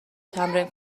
تمرین